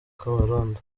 kabarondo